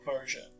version